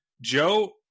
Joe